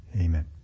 Amen